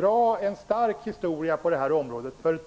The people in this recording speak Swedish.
har en stark historia på detta område.